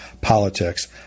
politics